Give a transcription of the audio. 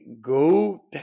go